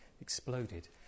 exploded